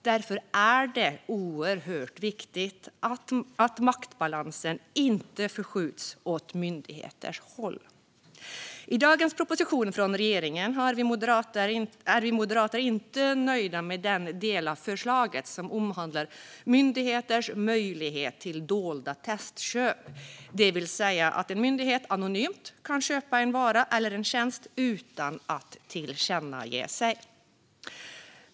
Därför är det oerhört viktigt att maktbalansen inte förskjuts åt myndigheters håll. I dagens proposition från regeringen är vi moderater inte nöjda med den del av förslaget som omhandlar myndigheters möjlighet till dolda testköp, det vill säga att en myndighet anonymt kan köpa en vara eller en tjänst utan att tillkännage sig.